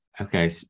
Okay